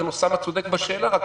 לכן אוסמה צודק בשאלה שלו,